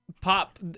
Pop